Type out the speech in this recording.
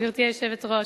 גברתי היושבת-ראש,